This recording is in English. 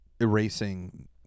erasing